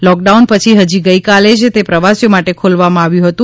lockdown પછી હજી ગઇકાલે જ તે પ્રવાસીઓ માટે ખોલવામાં આવ્યું હતું